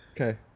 okay